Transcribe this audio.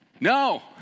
no